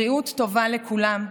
בריאות טובה לכולם,